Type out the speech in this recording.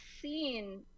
seen